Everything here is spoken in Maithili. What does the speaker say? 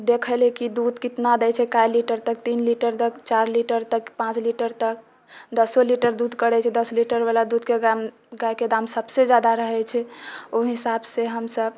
देखै लए की दूध कितना दै छै कए लीटर तक तीन लीटर तक चारि लीटर तक पाँच लीटर तक दसो लीटर दूध करै छै दस लीटरवला दूधके दाम गायके दाम सबसँ जादा रहै छै ओहि हिसाबसँ हमसब